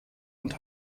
und